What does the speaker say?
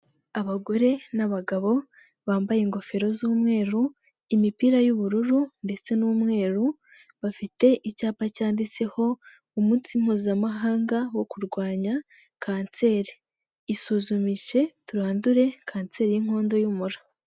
Abagore n'abagabo bambaye ingofero z'umweru, imipira y'ubururu ndetse n'umweru, bafite icyapa cyanditseho umunsi mpuzamahanga wo kurwanya kanseri, isuzumishe turandure kanseri y'inkondo y'umura.